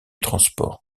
transport